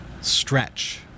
Stretch